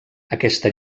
aquesta